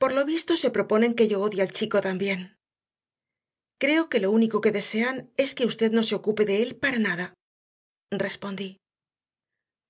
por lo visto se proponen que yo odie al chico también creo que lo único que desean es que usted no se ocupe de él para nada respondí